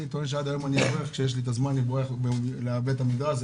אני טוען שעד היום אני אברך כשיש לי את הזמן אני בורח לבית המדרש,